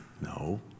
no